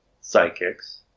psychics